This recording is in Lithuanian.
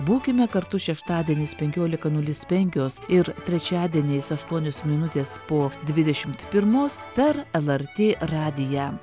būkime kartu šeštadieniais penkiolika nulis penkios ir trečiadieniais aštuonios minutės po dvidešimt pirmos per lrt radiją